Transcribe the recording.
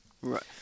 right